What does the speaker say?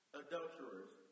adulterers